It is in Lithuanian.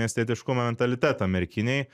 miestietiškumo mentalitetą merkinėj